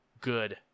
good